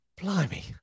blimey